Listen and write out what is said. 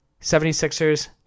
76ers